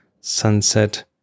sunset